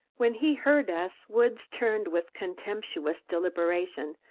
when he heard us, woods turned with contemptuous deliberation,